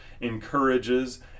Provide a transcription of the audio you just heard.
encourages